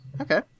Okay